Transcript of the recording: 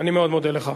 אני מאוד מודה לך.